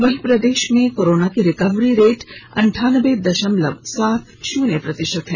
वहीं प्रदेश में कोरोना की रिकवरी रेट अनठानबे दशमलव सात शुन्य प्रतिशत है